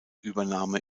übernahme